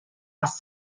għas